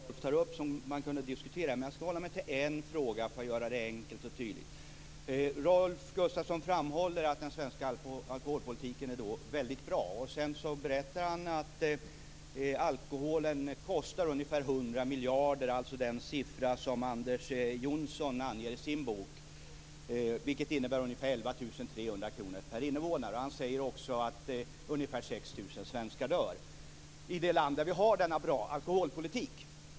Herr talman! Det är i och för sig mycket av det som Rolf tar upp i alkoholpolitiken som kan diskuteras, men jag ska hålla mig till en fråga för att göra det enkelt och tydligt. Rolf Gustavsson framhåller att den svenska alkoholpolitiken är väldigt bra. Sedan berättar han att alkoholen kostar ungefär 100 miljarder, dvs. den siffra som Anders Johnsson anger i sin bok. Det innebär ungefär 11 300 kr per invånare. Han säger också att ungefär 6 000 svenskar dör i det land där vi har denna bra alkoholpolitik.